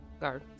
Guard